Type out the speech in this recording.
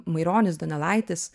maironis donelaitis